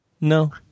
No